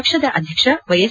ಪಕ್ಷದ ಅಧ್ಯಕ್ಷ ವೈಎಸ್